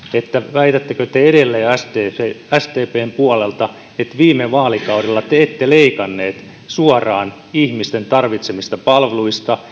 väitättekö te edelleen sdpn puolelta että viime vaalikaudella te ette leikanneet suoraan ihmisten tarvitsemista palveluista